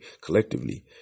Collectively